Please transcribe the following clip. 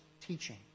teaching